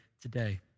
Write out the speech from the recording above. today